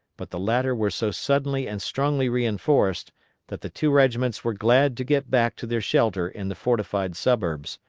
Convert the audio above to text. but the latter were so suddenly and strongly reinforced that the two regiments were glad to get back to their shelter in the fortified suburbs.